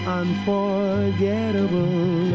unforgettable